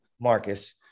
Marcus